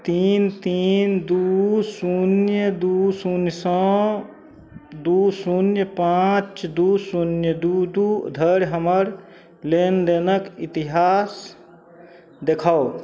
तीन तीन दुइ शून्य दुइ शून्यसँ दुद शून्य पाँच दूुद शून्य दुइ दुइ धरि हमर लेनदेनके इतिहास देखाउ